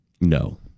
no